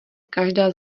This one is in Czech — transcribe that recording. každá